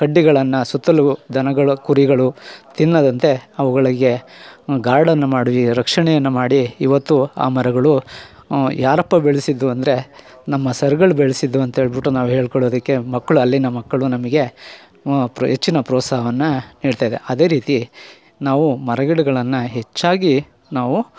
ಕಡ್ಡಿಗಳನ್ನು ಸುತ್ತಲೂ ದನಗಳು ಕುರಿಗಳು ತಿನ್ನದಂತೆ ಅವುಗಳಿಗೆ ಗಾರ್ಡನ್ನು ಮಾಡಿದೀವಿ ರಕ್ಷಣೆಯನ್ನು ಮಾಡಿ ಇವತ್ತು ಆ ಮರಗಳು ಯಾರಪ್ಪ ಬೆಳೆಸಿದ್ದು ಅಂದರೆ ನಮ್ಮ ಸರ್ಗಳ್ ಬೆಳೆಸಿದ್ದು ಅಂತೇಳಿಬಿಟ್ಟು ನಾವು ಹೇಳ್ಕೊಳೊದಕ್ಕೆ ಮಕ್ಕಳು ಅಲ್ಲಿನ ಮಕ್ಕಳು ನಮಗೆ ಪ್ರ ಹೆಚ್ಚಿನ ಪ್ರೋತ್ಸಾಹವನ್ನು ನೀಡ್ತಾ ಇದೆ ಅದೇ ರೀತಿ ನಾವು ಮರಗಿಡಗಳನ್ನು ಹೆಚ್ಚಾಗಿ ನಾವು